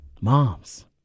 moms